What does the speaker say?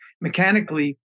mechanically